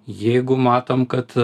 jeigu matom kad